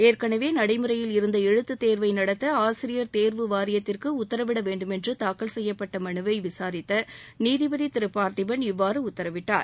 ஏற்கனவே நடைமுறையில் இருந்த எழுத்துத்தேர்வை நடத்த ஆசிரியர் தேர்வு வாரியத்திற்கு உத்தரவிட வேண்டுமென்று தாக்கல் செய்யப்பட்ட மனுவை விசாரித்த நீதிபதி பார்த்திபன் இவ்வாறு உத்தரவிட்டார்